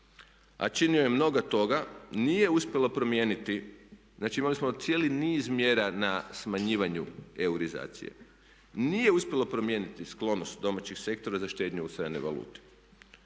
a činio je mnogo toga nije uspjelo promijeniti, znači imali smo cijeli niz mjera na smanjivanju euroizacije. Nije uspjelo promijeniti sklonost domaćih sektora za štednju u stranoj valuti.